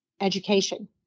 education